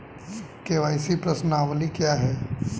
KYC प्रश्नावली क्या है?